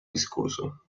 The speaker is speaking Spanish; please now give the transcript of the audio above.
discurso